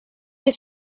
les